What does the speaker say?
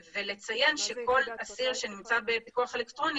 לפיקוח אלקטרוני) ולציין שכל אסיר שנמצא בפיקוח אלקטרוני